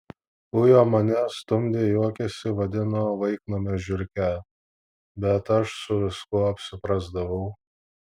ujo mane stumdė juokėsi vadino vaiknamio žiurke bet aš su viskuo apsiprasdavau